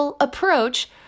approach